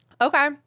Okay